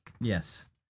Yes